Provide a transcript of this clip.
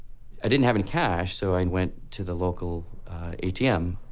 i didn't have any cash so i went to the local atm,